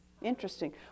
interesting